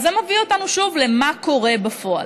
זה מביא אותנו שוב למה קורה בפועל.